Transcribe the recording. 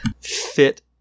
fit